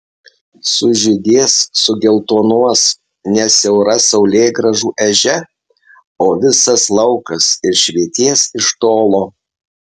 sužydės sugeltonuos ne siaura saulėgrąžų ežia o visas laukas ir švytės iš tolo